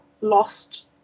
lost